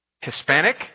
Hispanic